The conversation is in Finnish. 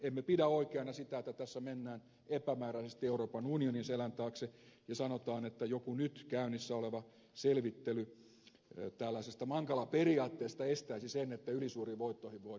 emme pidä oikeana sitä että tässä mennään epämääräisesti euroopan unionin selän taakse ja sanotaan että joku nyt käynnissä oleva selvittely tällaisesta mankala periaatteesta estäisi sen että ylisuuriin voittoihin voidaan puuttua